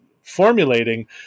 formulating